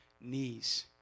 knees